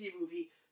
movie